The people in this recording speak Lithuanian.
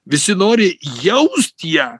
visi nori jaust ją